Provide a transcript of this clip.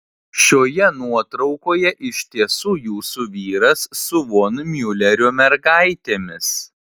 šioje nuotraukoje iš tiesų jūsų vyras su von miulerio mergaitėmis